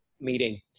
meeting